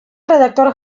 redactor